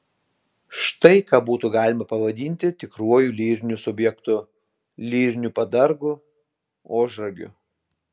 štai ką būtų galima pavadinti tikruoju lyriniu subjektu lyriniu padargu ožragiu